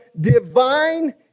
divine